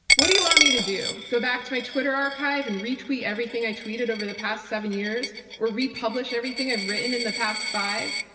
what do you want me to do go back to my twitter archive and retweet everything i tweeted over the past seven years or republish everything i've written in the past five?